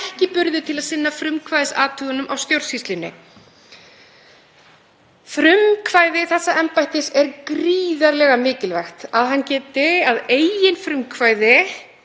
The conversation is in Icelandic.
ekki burði til að sinna frumkvæðisathugunum á stjórnsýslunni. Frumkvæði þessa embættis er gríðarlega mikilvægt, að það geti að eigin frumkvæði